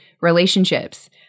relationships